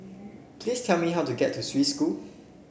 please tell me how to get to Swiss School